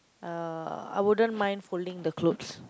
uh I wouldn't mind folding the clothes